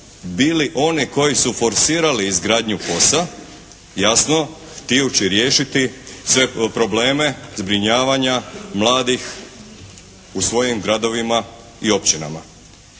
bili oni koji su forsirali izgradnju POS-a jasno htijući riješiti sve probleme zbrinjavanja mladih u svojim gradovima i općinama.